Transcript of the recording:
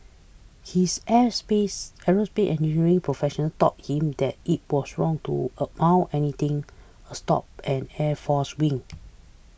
his aerospace engineering professor taught him that it was wrong to amount anything a stop an airforce wing